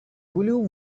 volume